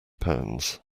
pounds